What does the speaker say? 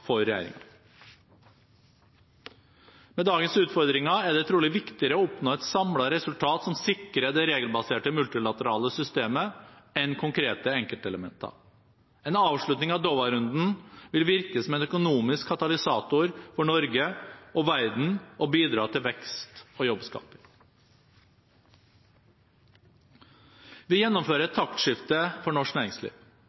for regjeringen. Med dagens utfordringer er det trolig viktigere å oppnå et samlet resultat som sikrer det regelbaserte multilaterale systemet, enn konkrete enkeltelementer. En avslutning av Doha-runden vil virke som en økonomisk katalysator for Norge og verden og bidra til vekst og jobbskaping. Vi gjennomfører et taktskifte for norsk næringsliv.